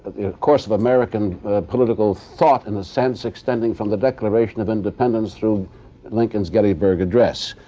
course of american political thought in a sense extending from the declaration of independence through lincoln's gettysburg address,